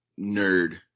nerd